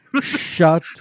Shut